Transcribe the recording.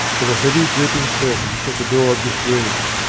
there were heavy, drooping curtains at the door of this room,